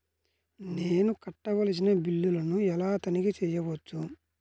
నేను కట్టవలసిన బిల్లులను ఎలా తనిఖీ చెయ్యవచ్చు?